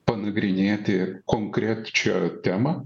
panagrinėti konkrečią temą